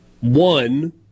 One